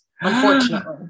unfortunately